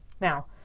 Now